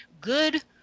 good